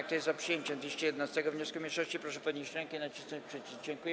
Kto jest za przyjęciem 211. wniosku mniejszości, proszę podnieść rękę i nacisnąć przycisk.